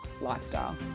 lifestyle